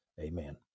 Amen